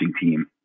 team